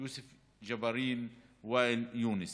יוסף ג'בארין, ואאל יונס.